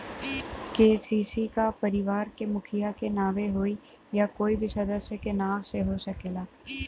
KCC का परिवार के मुखिया के नावे होई या कोई भी सदस्य के नाव से हो सकेला?